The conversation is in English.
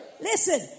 Listen